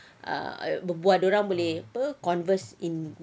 ah berbual dorang boleh apa converse in